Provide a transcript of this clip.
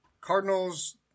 Cardinals